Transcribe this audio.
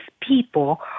people